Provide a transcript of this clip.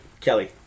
Kelly